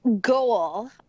goal